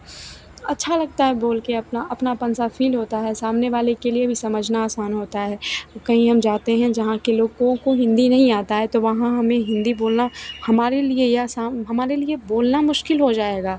अच्छा लगता है बोल कर अपना अपनापन सा फिल होता है सामने वाले के लिए भी समझना आसान होता है कहीं हम जाते हैं जहाँ के लोगों को हिन्दी नहीं आता है तो वहाँ हमें हिन्दी बोलना हमारे लिए ये आसान हमारे लिए बोलना मुश्किल हो जाएगा